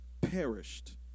perished